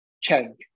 Change